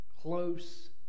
close